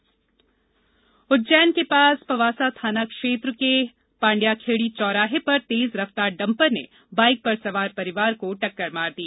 दुर्घटना उज्जैन उज्जैन के पास पंवासा थाना क्षेत्र के पांडयाखेड़ी चौराहे पर तेज रफ्तार डंपर ने बाइक पर सवार परिवार को टक्कर मार दी